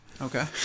okay